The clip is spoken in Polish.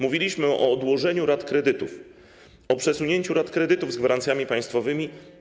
Mówiliśmy o odłożeniu rat kredytów, o przesunięciu rat kredytów z gwarancjami państwowymi.